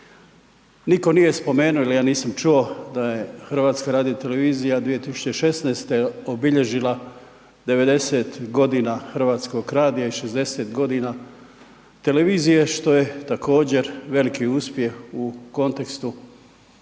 Nitko nije spomenuo, ili ja nisam čuo da je Hrvatska radio televizija 2016.-te obilježila 90 godina Hrvatskog radija i 60 godina televizije što je također veliki uspjeh u kontekstu